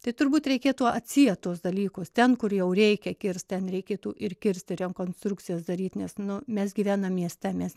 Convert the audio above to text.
tai turbūt reikėtų atsiet tuos dalykus ten kur jau reikia kirsti ten reikėtų ir kirsti rekonstrukcijas daryt nes nu mes gyvenam mieste mes